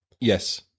Yes